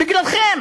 בגללכם.